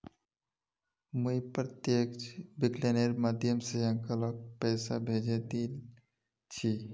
मुई प्रत्यक्ष विकलनेर माध्यम स अंकलक पैसा भेजे दिल छि